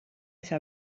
esa